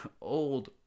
old